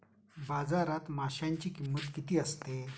बाजारात माशांची किंमत किती असते?